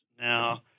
now